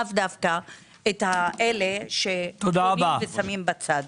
ולאו דווקא באלה שקונים ושמים בצד.